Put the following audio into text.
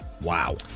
Wow